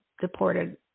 deported